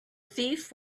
thief